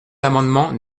l’amendement